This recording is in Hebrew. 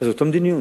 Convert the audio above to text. זו אותה מדיניות,